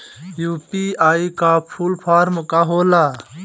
UPI का full form का होला?